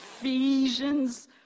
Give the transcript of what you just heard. Ephesians